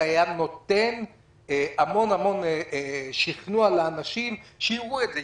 היה נותן המון שכנוע לאנשים שיראו את זה.